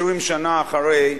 20 שנה אחרי,